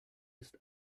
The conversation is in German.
ist